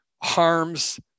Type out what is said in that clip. Harms